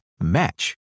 match